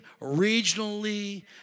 regionally